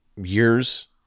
years